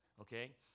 Okay